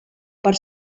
per